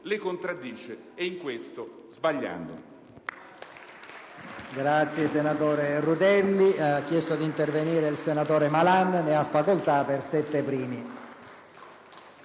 la contraddice, in questo sbagliando.